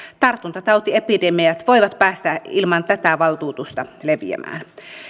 tartuntatautiepidemiat voivat päästä ilman tätä valtuutusta leviämään